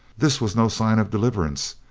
this was no sign of deliverance,